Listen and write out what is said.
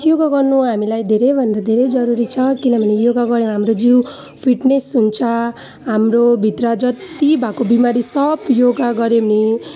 योगा गर्नु हामीलाई धेरैभन्दा धेरै जरुरी छ किनभने योगा गर्दा हाम्रो जिउ फिटनेस हुन्छ हाम्रो भित्र जति भएको बिमारी सब योगा गर्यो भने